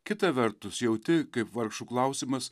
kita vertus jauti kaip vargšų klausimas